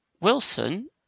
Wilson